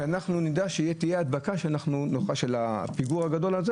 שאנחנו נדע מה הצפי של הפיגור הגדול הזה.